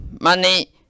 money